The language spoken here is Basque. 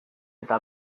eta